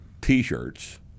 T-shirts